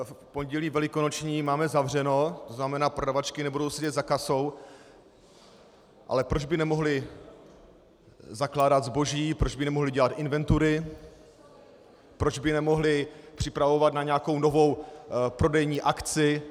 V Pondělí velikonoční máme zavřeno, to znamená prodavačky nebudou sedět za kasou, ale proč by nemohly zakládat zboží, proč by nemohly dělat inventury, proč by nemohly připravovat na nějakou novou prodejní akci?